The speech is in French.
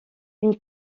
une